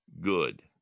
good